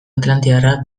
atlantiarra